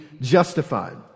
justified